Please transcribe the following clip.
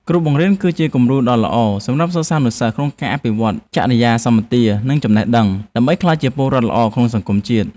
គ្រូបង្រៀន គឺជាគំរូដ៏ល្អសម្រាប់សិស្សានុសិស្សក្នុងការអភិវឌ្ឍចរិយាសម្បទានិងចំណេះដឹង ដើម្បីក្លាយជាពលរដ្ឋល្អក្នុងសង្គមជាតិ។